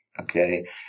Okay